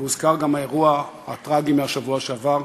והוזכר גם האירוע הטרגי מהשבוע שעבר,